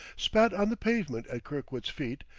spat on the pavement at kirkwood's feet,